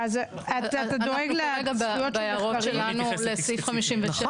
אין בכלל ספק,